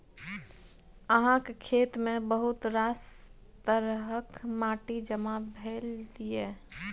अहाँक खेतमे बहुत रास तरहक माटि जमा भेल यै